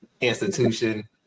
institution